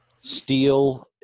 Steel